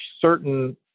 certain